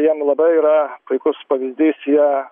jiem labai yra puikus pavyzdys jie